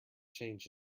change